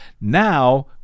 Now